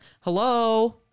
Hello